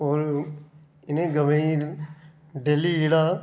होर इ'नें गवें गी डेल्ली जेह्ड़ा